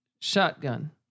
Shotgun